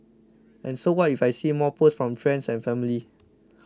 and so what if I see more posts from friends and family